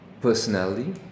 personality